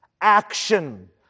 action